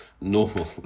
normal